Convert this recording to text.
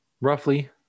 roughly